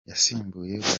yasimbuye